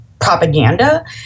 propaganda